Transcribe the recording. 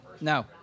No